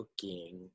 cooking